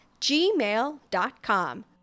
gmail.com